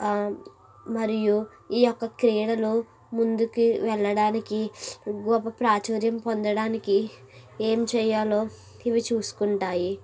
మరియు ఈ యొక్క క్రీడలు ముందుకి వెళ్ళడానికి గొప్ప ప్రాచుర్యం పొందడానికి ఏం చేయాలో ఇవి చూసుకుంటాయి